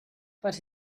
but